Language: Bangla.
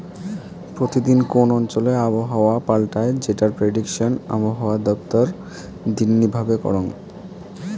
প্রতি দিন কোন অঞ্চলে আবহাওয়া পাল্টায় যেটার প্রেডিকশন আবহাওয়া দপ্তর দিননি ভাবে করঙ